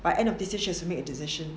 by end of this year she has to make a decision